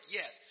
yes